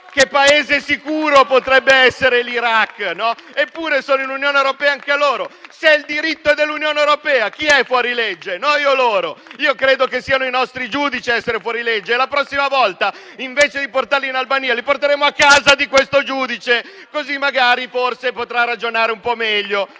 che Paese sicuro potrebbe essere l'Iraq. Eppure sono nell'Unione europea anche a loro. Se il diritto è dell'Unione europea, chi è fuorilegge, noi o loro? Io credo che siano i nostri giudici ad essere fuorilegge. La prossima volta, invece di portarli in Albania, li porteremo a casa di quel giudice, così forse potrà ragionare un po' meglio.